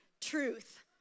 truth